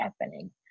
happening